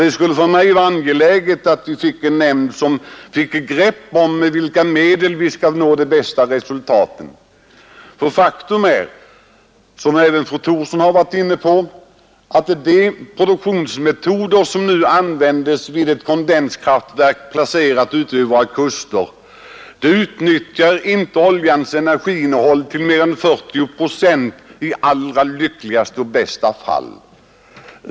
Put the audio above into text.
Det framstår för mig som angeläget att vi får en nämnd som försöker få ett grepp om med vilka medel vi kan nå det bästa resultatet. För faktum är, vilket även fru Thorsson har varit inne på, att de produktionsmetoder som nu används vid ett kondenskraftverk, placerat ute vid våra kuster, inte utnyttjar oljans energiinnehåll till mer än 40 procent i allra lyckligaste fall.